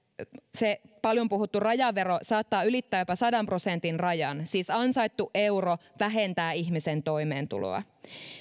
se paljon puhuttu rajavero saattaa ylittää jopa sadan prosentin rajan siis ansaittu euro vähentää ihmisen toimeentuloa